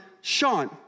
Sean